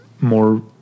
more